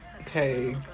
Okay